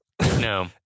no